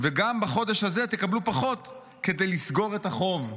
וגם בחודש הזה תקבלו פחות כדי לסגור את החוב".